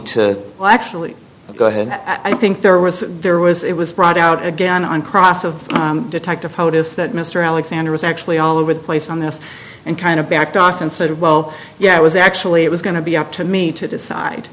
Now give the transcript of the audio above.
to actually go ahead i think there was there was it was brought out again on cross of detective how it is that mr alexander was actually all over the place on this and kind of backed off and said well yeah it was actually it was going to be up to me to decide